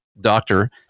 doctor